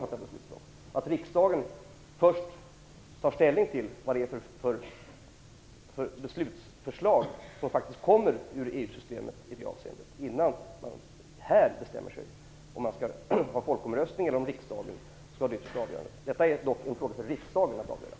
Det kanske är rimligt att riksdagen avvaktar vilka förslag som faktiskt kommer från EU systemet i det avseendet innan vi här bestämmer oss för om vi skall ha folkomröstning eller om riksdagen skall fälla avgörandet. Detta är en fråga för riksdagen att avgöra.